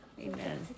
Amen